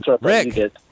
Rick